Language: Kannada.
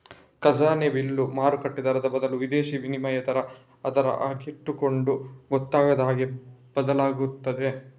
ಖಜಾನೆ ಬಿಲ್ಲು ಮಾರುಕಟ್ಟೆ ದರದ ಬದಲು ವಿದೇಶೀ ವಿನಿಮಯ ದರ ಆಧಾರ ಆಗಿಟ್ಟುಕೊಂಡು ಗೊತ್ತಾಗದ ಹಾಗೆ ಬದಲಾಗ್ತಿರ್ತದೆ